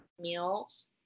meals